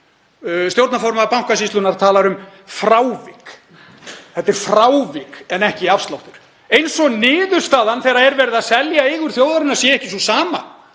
Stjórnarformaður Bankasýslunnar talar um frávik. Þetta er frávik en ekki afsláttur, eins og niðurstaðan, þegar verið er að selja eigur þjóðarinnar, sé ekki sú sama.